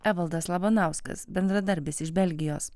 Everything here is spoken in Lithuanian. evaldas labanauskas bendradarbis iš belgijos